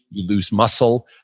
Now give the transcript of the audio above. you lose muscle.